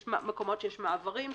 יש מקומות שיש מעברים,